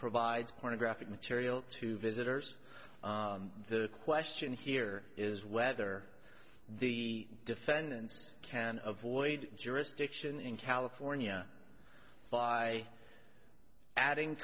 provides pornographic material to visitors the question here is whether the defendants can avoid jurisdiction in california by adding